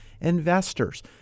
investors